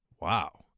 Wow